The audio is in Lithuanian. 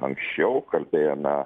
anksčiau kalbėjome